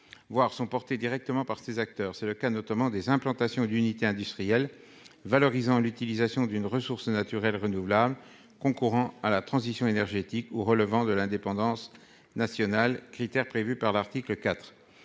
voir sont portés directement par ces acteurs. C'est le cas notamment des implantations d'unités industrielles valorisant l'utilisation d'une ressource naturelle renouvelable concourant à la transition énergétique ou relevant de l'indépendance nationale critères prévus par l'article IV.